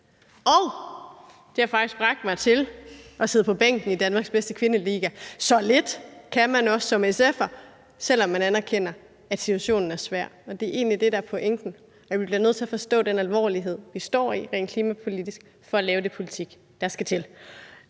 Det har faktisk bragt mig til at sidde på bænken i Danmarks bedste kvindeliga, så lidt kan man også som SF'er, selv om man anerkender, at situationen er svær. Og det er egentlig det, der er pointen, nemlig at vi bliver nødt til at forstå den alvorlighed, vi står i rent klimapolitisk, for at lave den politik, der skal til.